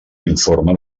informe